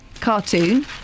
cartoon